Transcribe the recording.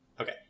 Okay